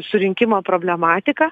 surinkimo problematika